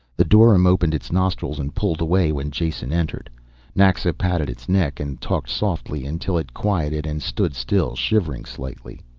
the dorym opened its nostrils and pulled away when jason entered naxa patted its neck and talked softly until it quieted and stood still, shivering slightly.